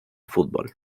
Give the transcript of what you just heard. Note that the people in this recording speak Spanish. fútbol